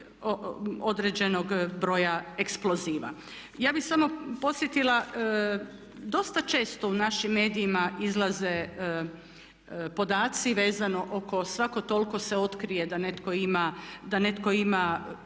određenog broja eksploziva. Ja bih samo podsjetila dosta često u našim medijima izlaze podaci vezano oko svako toliko se otkrije da netko ima